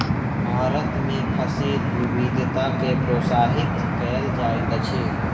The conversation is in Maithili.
भारत में फसिल विविधता के प्रोत्साहित कयल जाइत अछि